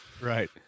Right